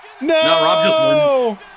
No